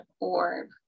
orb